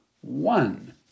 one